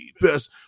Best